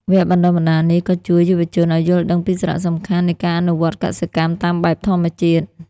វគ្គបណ្តុះបណ្តាលនេះក៏ជួយយុវជនឱ្យយល់ដឹងពីសារៈសំខាន់នៃការអនុវត្តកសិកម្មតាមបែបធម្មជាតិ។